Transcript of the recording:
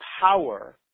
power